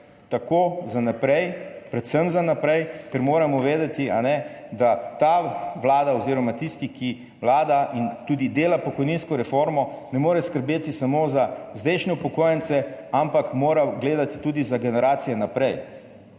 tako za naprej, predvsem za naprej, ker moramo vedeti, da ta vlada oziroma tisti, ki vlada in tudi dela pokojninsko reformo, ne more skrbeti samo za zdajšnje upokojence, ampak mora gledati tudi za generacije naprej.